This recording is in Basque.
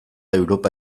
europa